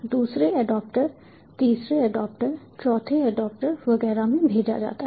दूसरे एडॉप्टर तीसरे एडॉप्टर चौथे एडॉप्टर वगैरह में भेजा जाता है